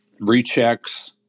rechecks